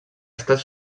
estat